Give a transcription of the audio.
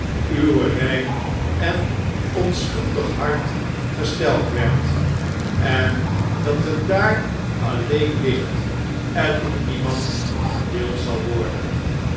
uw rein en onschuldig hart gesteld werd en dat het daar alleen ligt en door niemand gedeeld zal worden